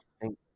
Thank